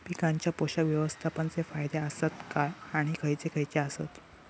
पीकांच्या पोषक व्यवस्थापन चे फायदे आसत काय आणि खैयचे खैयचे आसत?